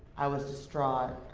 i was distraught.